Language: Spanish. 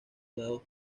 dados